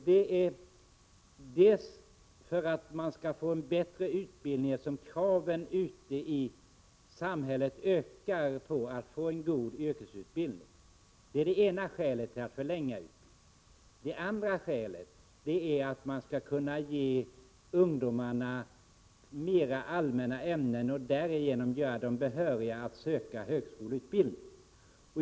Det beror dels på att man måste få en bättre utbildning, eftersom kraven på en god yrkesutbildning ökar ute i samhället, dels på att ungdomarna skall ges en undervisning i mera allmänna ämnen och därigenom ges behörighet till högskoleutbildning.